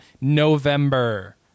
November